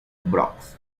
brooks